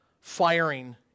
firing